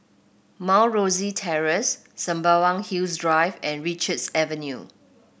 Mount Rosie Terrace Sembawang Hills Drive and Richards Avenue